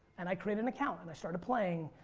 and i created an account and i started playing.